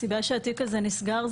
הסיבה שהתיק הזה נסגר,